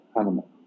animal